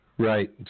Right